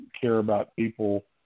care-about-people